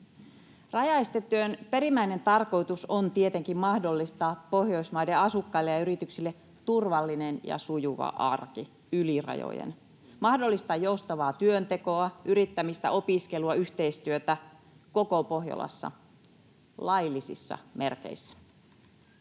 Rajaestetyön perimmäinen tarkoitus on tietenkin mahdollistaa Pohjoismaiden asukkaille ja yrityksille turvallinen ja sujuva arki yli rajojen, mahdollistaa joustavaa työntekoa, yrittämistä, opiskelua, yhteistyötä koko Pohjolassa laillisissa merkeissä.